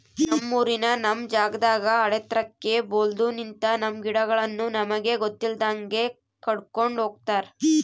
ನಮ್ಮೂರಿನ ನಮ್ ಜಾಗದಾಗ ಆಳೆತ್ರಕ್ಕೆ ಬೆಲ್ದು ನಿಂತ, ನಮ್ಮ ಗಿಡಗಳನ್ನು ನಮಗೆ ಗೊತ್ತಿಲ್ದಂಗೆ ಕಡ್ಕೊಂಡ್ ಹೋಗ್ಯಾರ